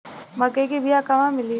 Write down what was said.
मक्कई के बिया क़हवा मिली?